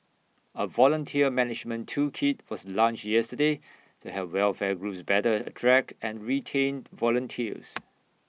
A volunteer management toolkit was launched yesterday to help welfare groups better attract and retained volunteers